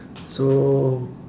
so